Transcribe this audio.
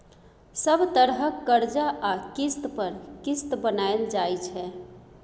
सब तरहक करजा आ किस्त पर किस्त बनाएल जाइ छै